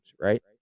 right